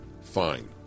fine